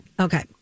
okay